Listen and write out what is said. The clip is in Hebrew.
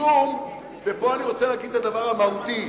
משום, ופה אני רוצה להגיד את הדבר המהותי.